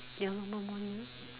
ya lor not morning